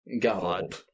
God